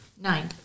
Nine